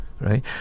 right